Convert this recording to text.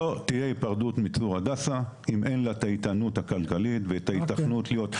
לא תהיה היפרדות מצור הדסה אם אין לה איתנות כלכלית והיתכנות להיות.